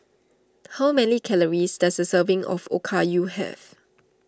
how many calories does a serving of Okayu have